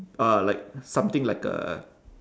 uh like something like a